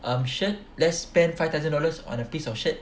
um shirt let's spend five thousand dollars on a piece of shirt